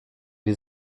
die